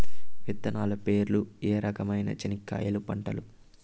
విత్తనాలు పేర్లు ఏ రకమైన చెనక్కాయలు పంటలు?